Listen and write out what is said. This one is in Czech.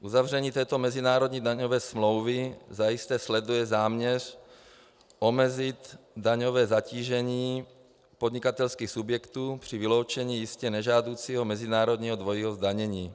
Uzavření této mezinárodní daňové smlouvy zajisté sleduje záměr omezit daňové zatížení podnikatelských subjektů při vyloučení jistě nežádoucího mezinárodního dvojího zdanění.